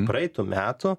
praeitų metų